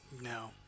No